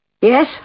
Yes